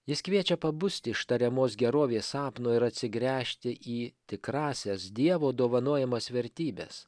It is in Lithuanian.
jis kviečia pabusti iš tariamos gerovės sapno ir atsigręžti į tikrąsias dievo dovanojamas vertybes